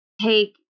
take